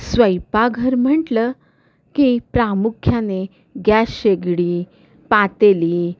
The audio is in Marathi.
स्वयंपाकघर म्हटलं की प्रामुख्याने गॅस शेगडी पातेली